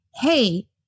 hey